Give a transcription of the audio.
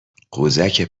قوزک